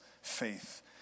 faith